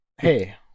Hey